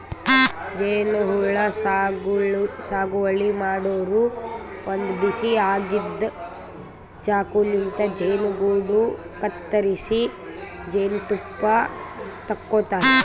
ಜೇನಹುಳ ಸಾಗುವಳಿ ಮಾಡೋರು ಒಂದ್ ಬಿಸಿ ಆಗಿದ್ದ್ ಚಾಕುಲಿಂತ್ ಜೇನುಗೂಡು ಕತ್ತರಿಸಿ ಜೇನ್ತುಪ್ಪ ತಕ್ಕೋತಾರ್